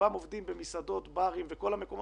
רובם עובדים במסעדות, בברים ובכל המקומות